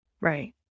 right